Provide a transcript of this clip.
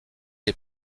les